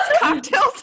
Cocktails